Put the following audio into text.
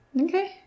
okay